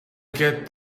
get